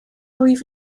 wyf